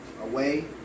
away